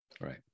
right